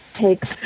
takes